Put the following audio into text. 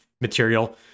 material